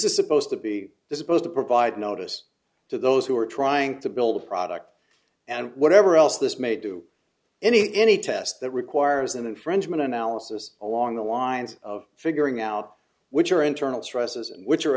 is supposed to be the supposed to provide notice to those we're trying to build a product and whatever else this may do any any test that requires an infringement analysis along the lines of figuring out which are internal stresses and which